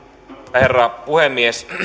herra puhemies